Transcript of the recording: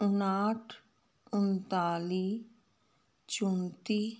ਉਨਾਹਠ ਉਨਤਾਲੀ ਚੋਂਤੀ